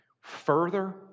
further